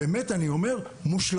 באמת אני אומר מושלמים.